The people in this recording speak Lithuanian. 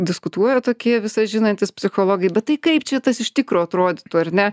diskutuoja tokie visą žinantys psichologai bet tai kaip čia tas iš tikro atrodytų ar ne